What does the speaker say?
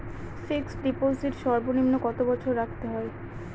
Fixed deposit সর্বনিম্ন কত বছর রাখতে হয়?